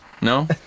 No